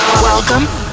Welcome